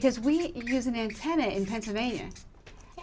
because we use an exam in pennsylvania